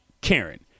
Karen